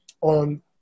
on